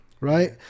Right